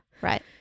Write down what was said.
right